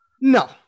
no